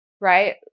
Right